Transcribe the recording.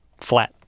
flat